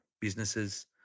businesses